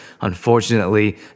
Unfortunately